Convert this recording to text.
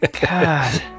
God